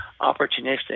opportunistic